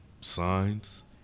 signs